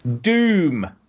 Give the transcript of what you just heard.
Doom